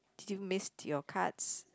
do you miss your cards